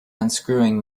unscrewing